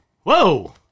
Whoa